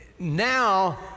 Now